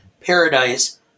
Paradise